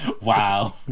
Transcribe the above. Wow